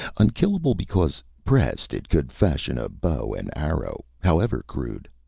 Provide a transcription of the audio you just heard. unkillable because, pressed, it could fashion a bow and arrow, however crude?